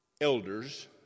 elders